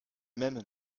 même